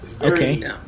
Okay